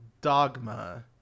dogma